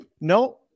no